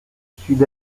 sud